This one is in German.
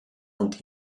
und